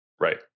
right